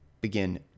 Begin